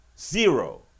zero